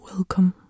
Welcome